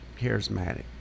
charismatic